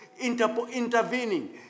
intervening